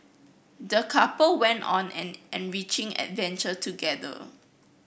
the couple went on an enriching adventure together